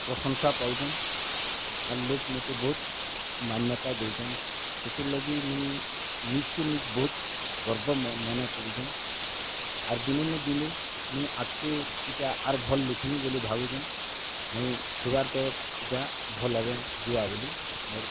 ପ୍ରଶଂସା ପାଉଛନ୍ ଆର୍ ଲୁକ୍ମତେ ବହୁତ୍ ମାନ୍ୟତା ଦଉଛନ୍ ସେଥିରଲାଗି ମୁଇଁ ନିଜ୍କି ନିଜ୍ ବହୁତ୍ ଗର୍ବ ମନେ କରୁଚେଁ ଆର୍ ଦିନେ ନା ଦିନେ ମୁଇଁ ଆଗକେ ଏଇଟା ଆର୍ ଭଲ୍ ଲେଖିମି ବୋଲି ଭାବୁଚେଁ ମୁଇଁ ଥିବାର୍ ତକ୍ ଏଇଟା ଭଲ୍ ଭାବେ ଯିବାବୋଲି ମୋର୍